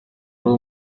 uwo